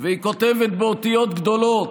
היא כותבת באותיות גדולות: